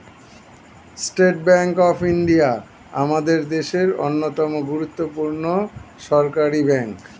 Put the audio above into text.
state Bank of India আমাদের দেশের অন্যতম গুরুত্বপূর্ণ সরকারি ব্যাঙ্ক